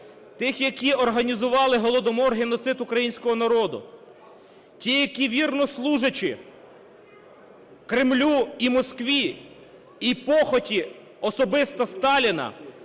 тих, які організували Голодомор, геноцид українського народу, ті, які, вірно служачи Кремлю і Москві, і похоті особисто Сталіна,